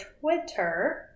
Twitter